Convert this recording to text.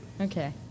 Okay